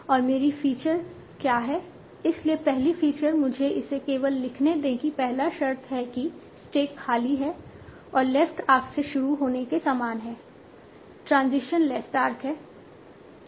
और मेरी फीचर्स क्या हैं इसलिए पहली फीचर मुझे इसे केवल लिखने दें कि पहला शर्त है कि स्टैक खाली है और लेफ्ट आर्क से शुरू होने के समान है ट्रांजिशन लेफ्ट आर्क है